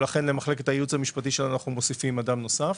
לכן אנחנו מוסיפים למחלקת הייעוץ המשפטי שלנו אדם נוסף.